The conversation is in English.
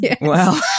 Wow